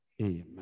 Amen